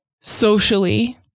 Socially